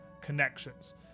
connections